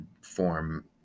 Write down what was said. form